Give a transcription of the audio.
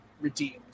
redeemed